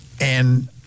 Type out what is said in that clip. And-